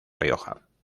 rioja